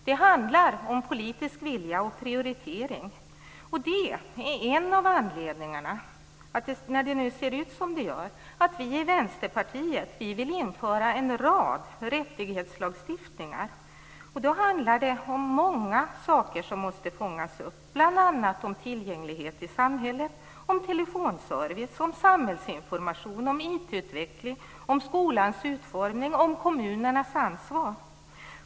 Det handlar om politisk vilja och prioritering. Det är en av anledningarna till att vi i Vänsterpartiet när det nu ser ut som det gör vill införa en rad rättighetslagar. Då handlar det om många saker som måste fångas upp, bl.a. om tillgänglighet i samhället, om telefonservice, om samhällsinformation, om IT-utveckling, om skolans utformning, om kommunernas ansvar.